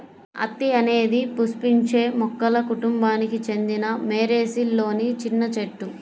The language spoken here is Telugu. అత్తి అనేది పుష్పించే మొక్కల కుటుంబానికి చెందిన మోరేసిలోని చిన్న చెట్టు